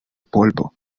polvo